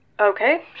okay